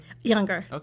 Younger